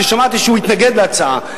ששמעתי שהוא התנגד להצעה.